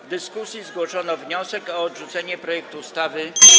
W dyskusji zgłoszono wniosek o odrzucenie projektu ustawy.